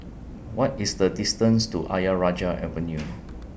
What IS The distance to Ayer Rajah Avenue